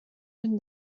and